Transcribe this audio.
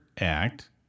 act